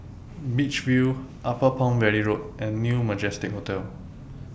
Beach View Upper Palm Valley Road and New Majestic Hotel